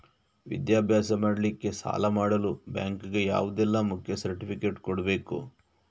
ವಿದ್ಯಾಭ್ಯಾಸ ಮಾಡ್ಲಿಕ್ಕೆ ಸಾಲ ಮಾಡಲು ಬ್ಯಾಂಕ್ ಗೆ ಯಾವುದೆಲ್ಲ ಮುಖ್ಯ ಸರ್ಟಿಫಿಕೇಟ್ ಕೊಡ್ಬೇಕು?